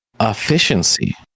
efficiency